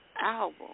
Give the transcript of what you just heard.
album